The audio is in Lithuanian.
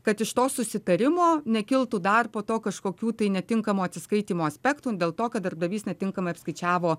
kad iš to susitarimo nekiltų dar po to kažkokių tai netinkamo atsiskaitymo aspektų dėl to kad darbdavys netinkamai apskaičiavo